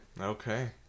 Okay